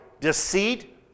deceit